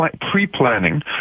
pre-planning